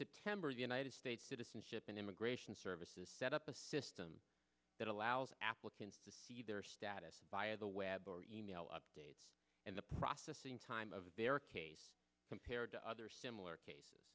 september the united states citizenship and immigration services set up a system that allows applicants to see their status via the web or email updates and the processing time of their case compared to other similar cases